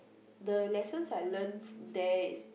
the lessons I learnt from there is